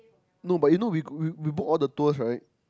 no but you know we go we we book all the tours right